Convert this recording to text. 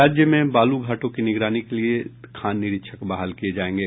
राज्य के बालू घाटों की निगरानी के लिए खान निरीक्षक बहाल किये जायेंगे